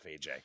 aj